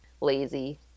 lazy